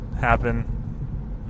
happen